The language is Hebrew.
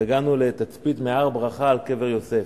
והגענו לתצפית בהר-ברכה על קבר-יוסף,